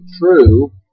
true